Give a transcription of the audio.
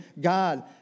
God